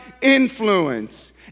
influence